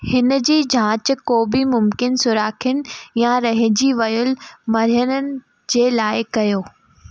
हिनजी जांच को बि मुमकिन सोराख़नि या रहिजी वियल महरनि जे लाइ कयो